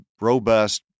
robust